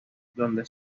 donde